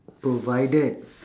provided